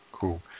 Cool